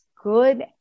good